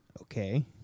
Okay